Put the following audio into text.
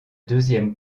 deuxième